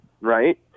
right